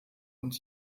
und